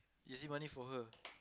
easy money for her